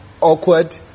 awkward